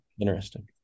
interesting